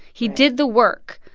he did the work,